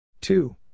Two